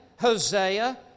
Hosea